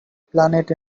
planet